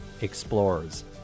explorers